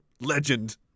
Legend